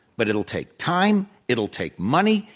but it'll take time. it'll take money.